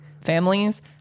families